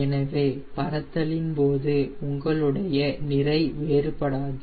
எனவே பறத்தலின் போது உங்களுடைய நிறை வேறுபடாது